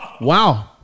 Wow